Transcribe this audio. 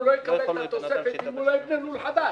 הוא לא יקבל את התוספת אם הוא לא יבנה לול חדש.